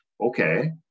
okay